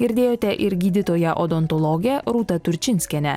girdėjote ir gydytoją odontologę rūtą turčinskienę